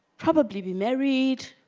probably be married